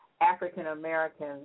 African-American